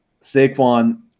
saquon